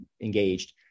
engaged